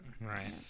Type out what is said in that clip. Right